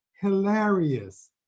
hilarious